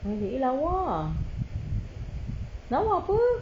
kulit dia lawa lawa apa